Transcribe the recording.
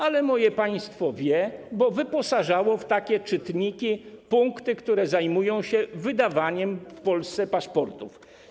Ale moje państwo wie, bo wyposażało w takie czytniki punkty, które zajmują się wydawaniem w Polsce paszportów.